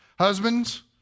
Husbands